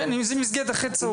כן, אם זו מסגרת של אחר הצוהריים.